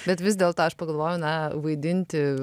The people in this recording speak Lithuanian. bet vis dėlto aš pagalvojau na vaidinti